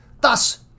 Thus